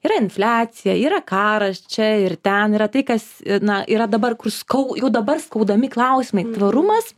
yra infliacija yra karas čia ir ten yra tai kas na yra dabar kur skau jau dabar skaudami klausimai tvarumas